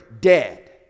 dead